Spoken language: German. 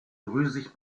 drüsig